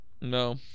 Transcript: No